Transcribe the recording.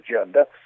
agenda